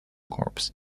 corps